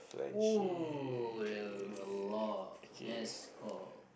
!ooh! that's called